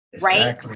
Right